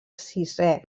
sisè